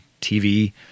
tv